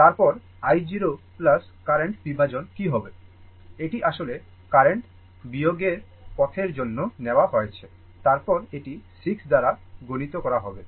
তারপর i 0 current বিভাজন কি হবে এটি আসলে কারেন্ট বিভাগের পথের জন্য নেওয়া হয়েছে তারপর এটি 6 দ্বারা গুণিত করা হবে